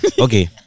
Okay